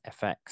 fx